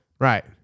Right